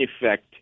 effect